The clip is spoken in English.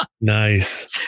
nice